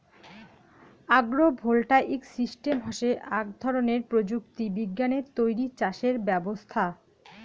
agro voltaic system হসে আক ধরণের প্রযুক্তি বিজ্ঞানে তৈরী চাষের ব্যবছস্থা